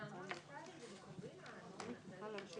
ההצעה נתקבלה ותיכנס להצעת החוק בקריאה